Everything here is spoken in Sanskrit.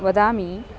वदामि